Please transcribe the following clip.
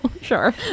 Sure